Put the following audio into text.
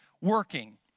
working